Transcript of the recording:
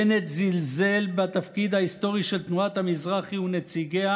בנט זלזל בתפקיד ההיסטורי של תנועת המזרחי ונציגיה